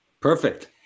Perfect